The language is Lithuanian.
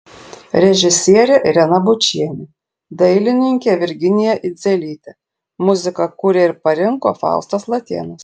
režisierė irena bučienė dailininkė virginija idzelytė muziką kūrė ir parinko faustas latėnas